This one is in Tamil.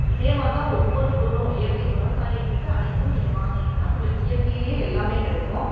இதே மாதிரிதான் ஒவ்வொரு பொருளும் இயற்கை விவசாயிகிட்ட அனைத்தும் நீங்கள் வாங்கினிங்கன்னா உங்களுக்கு இயற்கையில் எல்லாமே கிடைக்கும்